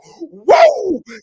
Whoa